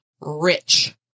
Rich